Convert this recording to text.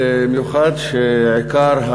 במיוחד משום שעיקר,